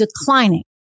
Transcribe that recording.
declining